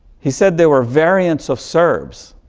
he said they were variants of serbs.